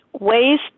ways